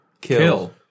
kill